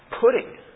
pudding